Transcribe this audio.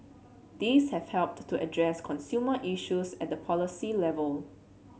these have helped to address consumer issues at the policy level